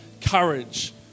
courage